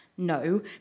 No